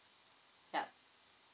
yup